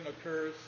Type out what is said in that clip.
occurs